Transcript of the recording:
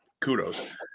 kudos